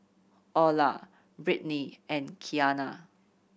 Orla Britni and Kiana